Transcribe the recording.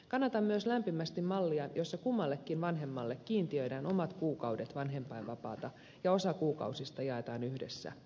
kannatan myös lämpimästi mallia jossa kummallekin vanhemmalle kiintiöidään omat kuukaudet vanhempainvapaata ja osa kuukausista jaetaan yhdessä